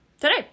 today